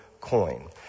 coin